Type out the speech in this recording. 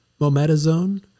mometazone